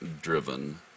driven